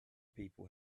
people